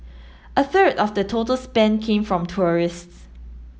a third of the total spend came from tourists